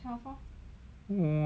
!wah!